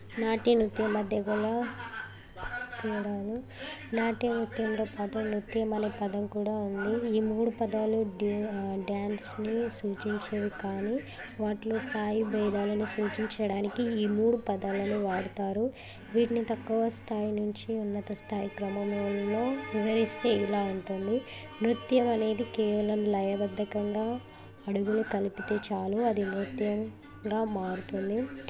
నాట్య నృత్య మధ్య గల తేడాలు నాట్య నృత్యంతో పాటు నృత్యం అనే పదం కూడా ఉంది ఈ మూడు పదాలు డు డ్యాన్స్ని సూచించేవి కాని వాటిలో స్థాయి భేదాలను సూచించడానికి ఈ మూడు పదాలను వాడుతారు వీటిని తక్కువ స్థాయి నుంచి ఉన్నత స్థాయి క్రమంలో వేరే స్థితి ఇలా ఉంటుంది నృత్యం అనేది కేవలం లయబద్ధంగా అడుగున కలిపితే చాలు అది నృత్యంగా మారుతుంది